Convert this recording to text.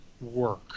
work